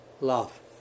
love